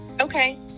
okay